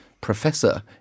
professor